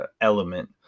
element